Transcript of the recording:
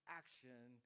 action